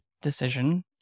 decision